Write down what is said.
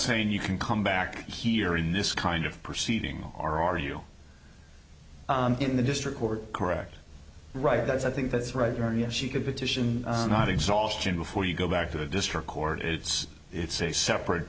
saying you can come back here in this kind of proceeding or are you in the district court correct right that's i think that's right there and yet she could petition not exhaustion before you go back to the district court it's it's a separate